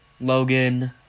Logan